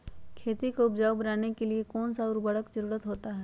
खेती को उपजाऊ बनाने के लिए कौन कौन सा उर्वरक जरुरत होता हैं?